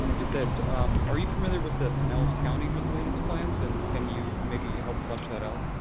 is that are you familiar with the pinellas county resilience plans, and can you maybe help flesh that out?